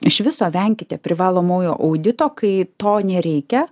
iš viso venkite privalomojo audito kai to nereikia